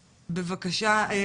בבקשה,